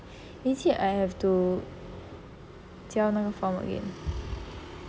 is it I have to 交那个 form again